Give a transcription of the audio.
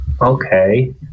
Okay